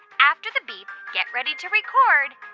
after the beep, get ready to record